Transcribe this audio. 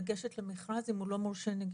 מפקח לא יכול לגשת למכרז אם הוא לא מורשה נגישות.